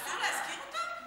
אסור להזכיר אותם?